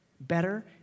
Better